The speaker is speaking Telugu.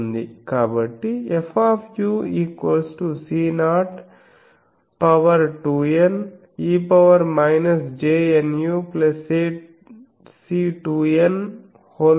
కాబట్టి FC02Ne jNuC2N2NejNuC12Ne juC2N 12Neju